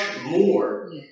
more